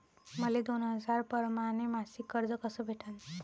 मले दोन हजार परमाने मासिक कर्ज कस भेटन?